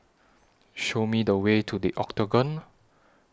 Show Me The Way to The Octagon